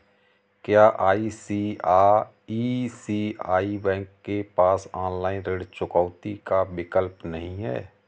क्या ICICI bank के पास ऑनलाइन ऋण चुकौती का विकल्प नहीं है?